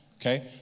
Okay